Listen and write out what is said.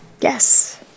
yes